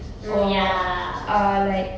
mm ya